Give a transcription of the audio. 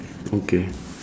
okay